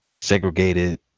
segregated